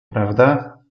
prawda